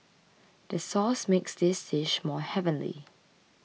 the sauce makes this dish more heavenly